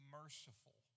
merciful